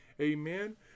Amen